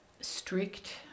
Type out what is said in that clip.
strict